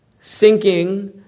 sinking